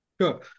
Sure